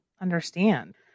understand